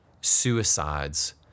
suicides